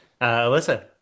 Alyssa